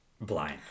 blind